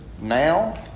now